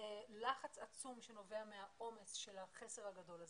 לחץ עצום שנובע מהעומס של החסר הגדול הזה,